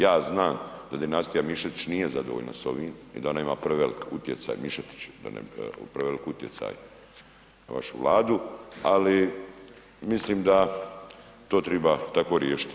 Ja znam da dinastija Mišetić nije zadovoljna s ovim i da ona ima prevelik utjecaj Mišetić prevelik utjecaj na vašu Vladu, ali mislim da to treba tako riješiti.